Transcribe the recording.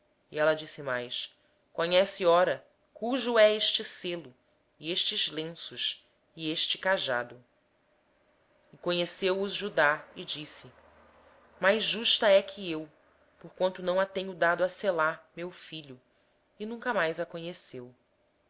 eu concebi disse mais reconhece peço-te de quem são estes o selo com o cordão e o cajado reconheceu os pois judá e disse ela é mais justa do que eu porquanto não a dei a meu filho selá e nunca mais a conheceu